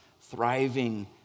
thriving